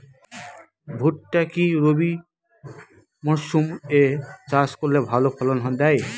ভুট্টা কি রবি মরসুম এ চাষ করলে ভালো ফলন দেয়?